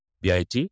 BIT